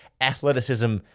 athleticism